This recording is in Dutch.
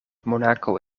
monaco